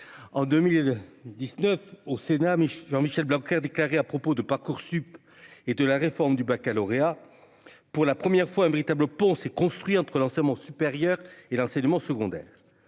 en 2000 19 au Sénat mais Jean-Michel Blanquer, a déclaré à propos de Parcoursup et de la réforme du Baccalauréat pour la première fois un véritable pont s'est construit entre l'enseignement supérieur et l'enseignement secondaire,